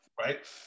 right